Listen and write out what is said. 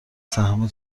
سهم